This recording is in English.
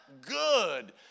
good